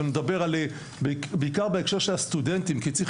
אבל אני מדבר על בעיקר בהקשר של הסטודנטים כי צריך